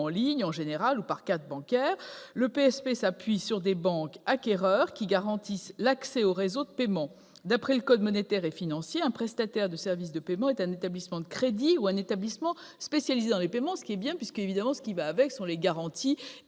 en ligne, en général par carte bancaire. Le PSP s'appuie sur des banques acquéreurs qui garantissent l'accès au réseau de paiement. D'après le code monétaire et financier, un prestataire de services de paiement est un établissement de crédit ou un établissement spécialisé dans les paiements, ce qui est une bonne chose, car à ce statut sont attachées des garanties